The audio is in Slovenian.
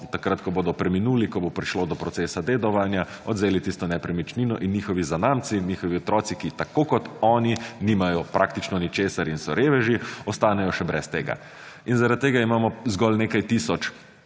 takrat, ko bodo preminuli, ko bo prišlo do procesa dedovanja, odvzeli tisto nepremičnino in njihovi zanamci in njihovi otroci, ki tako kot oni nimajo praktično ničesar in so reveži, ostanejo še brez tega. In zaradi tega imamo zgolj nekaj tisoč,